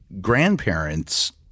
grandparents-